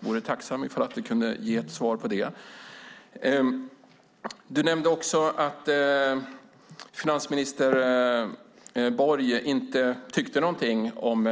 Jag vore tacksam om du kunde ge svar på det. Vidare nämnde du att finansminister Borg inte tyckte någonting om